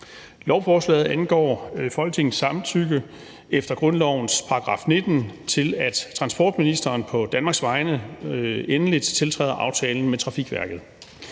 Lovforslaget angår Folketingets samtykke efter grundlovens § 19 til, at transportministeren på Danmarks vegne endeligt tiltræder aftalen med Trafikverket.